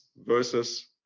versus